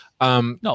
No